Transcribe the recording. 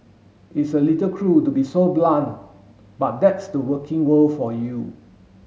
it's a little cruel to be so blunt but that's the working world for you